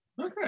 Okay